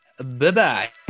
Bye-bye